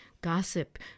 gossip